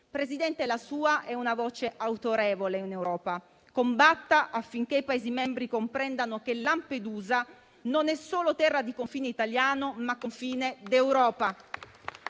Presidente, la sua è una voce autorevole in Europa. Combatta affinché i Paesi membri comprendano che Lampedusa non è solo terra di confine italiano, ma confine d'Europa.